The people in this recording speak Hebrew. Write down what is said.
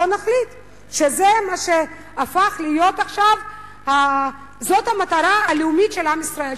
בוא נחליט שזה מה שהפך להיות עכשיו המטרה הלאומית של עם ישראל,